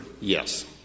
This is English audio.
Yes